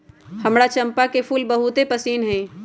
हमरा चंपा के फूल बहुते पसिन्न हइ